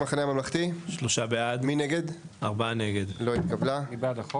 3 נגד 4 ההסתייגות לא התקבלה.